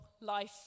life